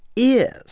is